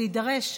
ולהידרש,